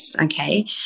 okay